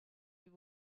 you